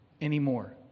anymore